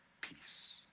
peace